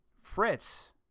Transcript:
Fritz